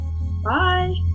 Bye